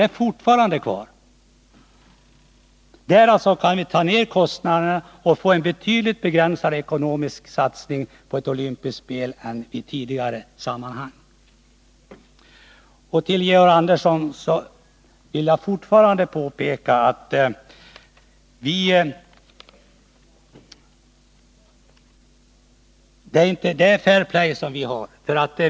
På det sättet kan vi alltså dra ner kostnaderna och få en mycket begränsad ekonomisk satsning på olympiska spel, jämfört med tidigare. För Georg Andersson vill jag fortfarande påpeka att det han förordar inte är fair play.